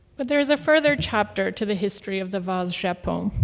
but there is a further chapter to the history of the vase japon.